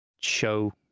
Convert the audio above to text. show